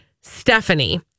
Stephanie